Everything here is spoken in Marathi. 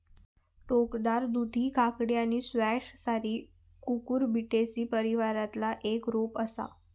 टोकदार दुधी काकडी आणि स्क्वॅश सारी कुकुरबिटेसी परिवारातला एक रोप असा